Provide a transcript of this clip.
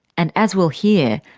and, as we'll hear,